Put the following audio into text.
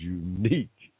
unique